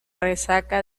resaca